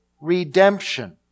Redemption